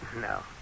No